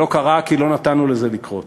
זה לא קרה, כי לא נתנו לזה לקרות.